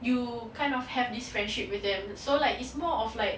you kind of have this friendship with them so like it's more of like